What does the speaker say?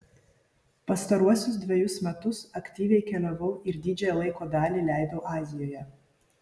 pastaruosius dvejus metus aktyviai keliavau ir didžiąją laiko dalį leidau azijoje